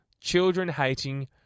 children-hating